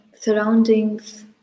surroundings